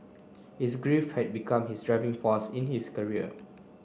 his grief had become his driving force in his career